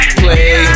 play